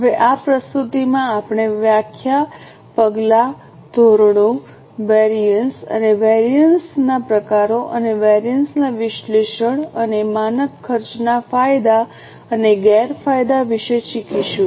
હવે આ પ્રસ્તુતિમાં આપણે વ્યાખ્યા પગલાં ધોરણો વેરિએન્સ અને વેરિએન્સ ના પ્રકારો અને વેરિએન્સ ના વિશ્લેષણ અને માનક ખર્ચ ના ફાયદા અને ગેરફાયદા વિશે શીખીશું